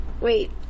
wait